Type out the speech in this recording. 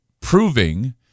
proving